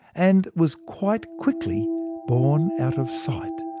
and was quite quickly borne out of sight.